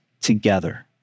together